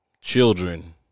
children